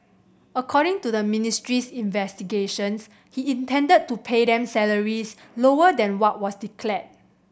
according to the ministry's investigations he intended to pay them salaries lower than what was declared